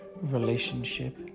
relationship